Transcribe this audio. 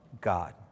God